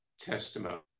testimony